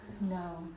No